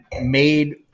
made